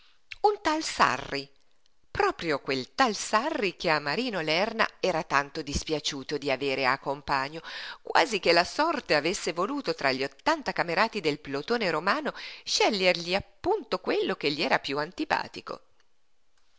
un tal sarri proprio quel tal sarri che a marino lerna era tanto dispiaciuto di avere a compagno quasi che la sorte avesse voluto tra gli ottanta camerati del plotone romano scegliergli quello appunto che gli era piú antipatico